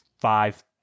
five